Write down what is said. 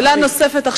שאלה נוספת.